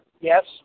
Yes